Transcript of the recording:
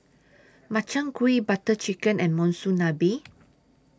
Makchang Gui Butter Chicken and Monsunabe